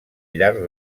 llarg